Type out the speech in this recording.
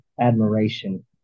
admiration